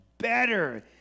better